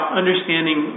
understanding